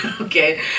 okay